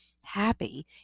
happy